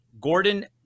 Gordon